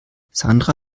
sandra